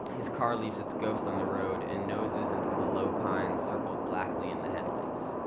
his car leaves its ghost on the road and noses into the low pines circled blackly in the headlights.